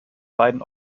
beiden